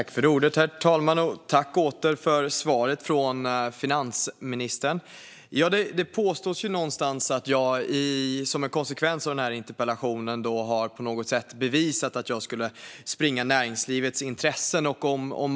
Herr talman! Jag tackar åter för svaret från finansministern. Det påstås att jag som en konsekvens av den här interpellationen på något sätt har bevisat att jag skulle springa näringslivets ärenden och driva deras intressen.